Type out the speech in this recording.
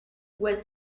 what